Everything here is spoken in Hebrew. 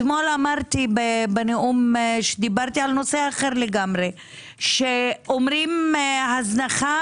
אתמול אמרתי בנאום שדיברתי בנושא אחר - שאומרים הזנחה